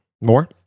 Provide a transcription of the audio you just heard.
more